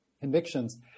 convictions